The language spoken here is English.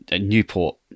Newport